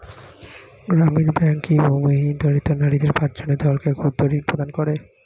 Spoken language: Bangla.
গ্রামীণ ব্যাংক কি ভূমিহীন দরিদ্র নারীদের পাঁচজনের দলকে ক্ষুদ্রঋণ প্রদান করে?